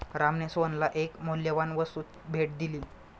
रामने सोहनला एक मौल्यवान वस्तू भेट दिली